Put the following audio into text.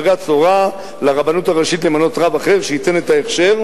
בג"ץ הורה לרבנות הראשית למנות רב אחר שייתן את ההכשר,